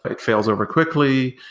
it fails over quickly.